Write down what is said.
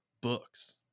books